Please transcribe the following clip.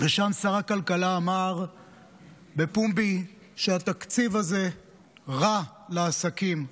ושם שר הכלכלה אמר בפומבי שהתקציב הזה רע לעסקים,